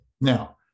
Now